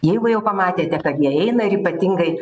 jeigu jau pamatėte kad jie eina ir ypatingai